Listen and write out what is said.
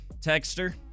Texter